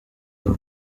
bwa